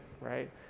right